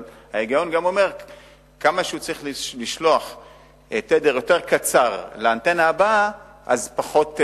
אבל גם ההיגיון אומר שככל שהתדר שהוא צריך לשלוח לאנטנה הבאה יותר קצר,